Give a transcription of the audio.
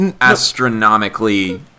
astronomically